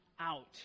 out